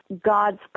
God's